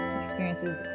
experiences